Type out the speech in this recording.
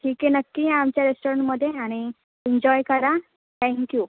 ठीक आहे नक्की या आमच्या रेस्टोरंटमध्ये आणि एन्जॉय करा थँक यू